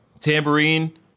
tambourine